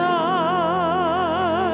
oh